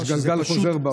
יש גלגל חוזר בעולם.